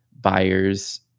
buyers